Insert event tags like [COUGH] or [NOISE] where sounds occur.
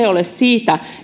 [UNINTELLIGIBLE] ole siitä